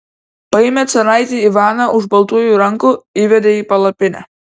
paėmė caraitį ivaną už baltųjų rankų įvedė į palapinę